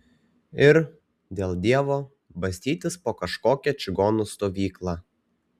ir dėl dievo bastytis po kažkokią čigonų stovyklą